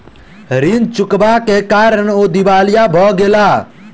ऋण चुकबै के कारण ओ दिवालिया भ गेला